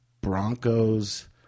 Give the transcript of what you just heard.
Broncos